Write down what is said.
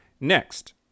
next